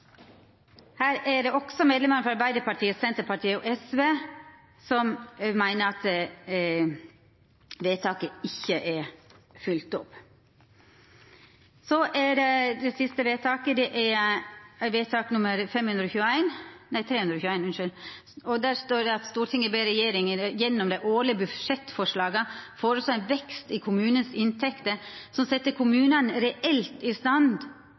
Her er det også medlemmene frå Arbeidarpartiet, Senterpartiet og SV som meiner at vedtaket ikkje er følgt opp. Det siste vedtaket er vedtak nr. 321: «Stortinget ber regjeringen gjennom de årlige budsjettforslagene foreslå en vekst i kommunenes inntekter som setter kommunene reelt i stand